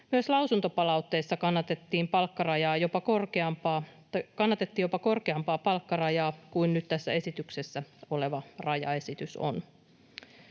Myös lausuntopalautteessa kannatettiin jopa korkeampaa palkkarajaa kuin nyt tässä esityksessä oleva rajaesitys on.